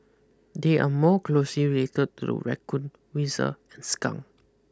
they are more raccoon weasel and skunk